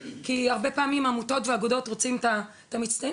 כי הרבה פעמים עמותות ואגודות רוצים את המצטיינים,